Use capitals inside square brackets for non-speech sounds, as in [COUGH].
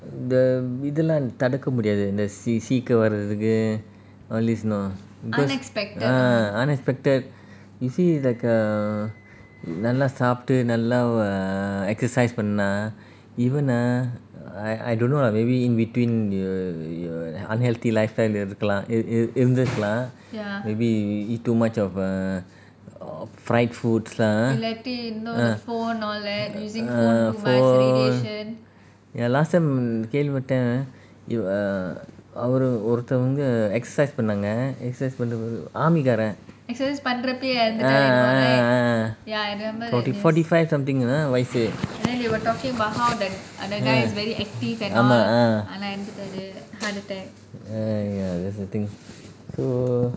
the இதுலாம் தடுக்க முடியாது இந்த சீக்கு வரதுக்கு:idhulam thaduka mudiyathu intha seeku varathuku all this know because ah unexpected you see like err நல்லா சாப்டு நல்லா:nalla sapdu nalla err exercise பண்ணா:panna even ah I I don't know lah maybe in between the err unhealthy lifestyle இருக்கலாம் இருந்துருக்கலாம்:irukalam irunthurukalam illness lah maybe eat too much of err of fried food stuff ah ah ah phone ya last time கேள்வி பட்டேன்:kelvi paten ah err அவரு ஒருத்தவங்க:avaru oruthanga exercise பண்ணாங்க:pananga exer~ பண்ணிட்டுருக்கும் போது:panniturukum pothu army காரன்:karan ah ah ah forty forty five something வயசு:vayasu ah !hanna! ah [NOISE] !aiya! that's the thing so